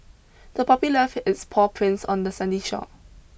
the puppy left its paw prints on the sandy shore